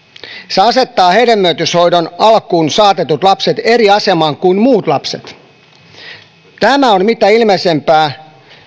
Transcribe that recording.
se asettaa hedelmöityshoidolla alkuun saatetut lapset eri asemaan kuin muut lapset tämän mitä ilmeisimpänä